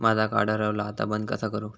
माझा कार्ड हरवला आता बंद कसा करू?